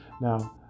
now